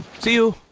see you.